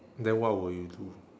then what will you do